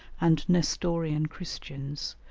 and nestorian christians,